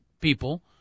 people